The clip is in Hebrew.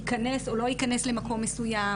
להאם הוא ייכנס או לא ייכנס למקום מסוים,